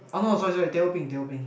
oh no sorry sorry teh o peng teh o peng